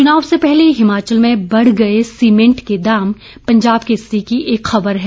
चुनाव से पहले हिमाचल में बढ़ गए सीमेंट के दाम पंजाब केसरी की एक खबर है